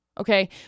Okay